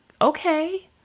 okay